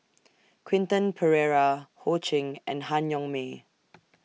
Quentin Pereira Ho Ching and Han Yong May